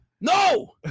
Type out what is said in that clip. No